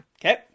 Okay